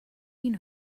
you